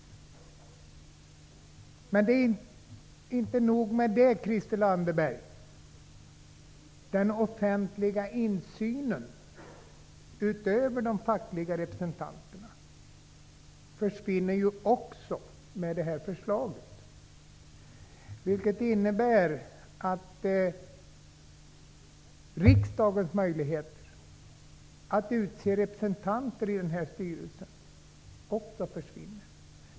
Men det är inte nog med det, Christel Anderberg. Förutom de fackliga representanterna försvinner med detta förslag den offentliga insynen. Det innebär att riksdagens möjligheter att utse representanter i styrelsen också försvinner.